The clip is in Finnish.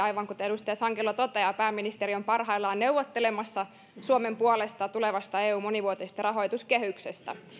aivan kuten edustaja sankelo toteaa pääministeri on parhaillaan neuvottelemassa suomen puolesta tulevasta eun monivuotisesta rahoituskehyksestä